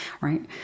Right